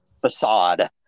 facade